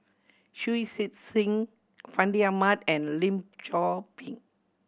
Shui Sit Sing Fandi Ahmad and Lim Chor Pee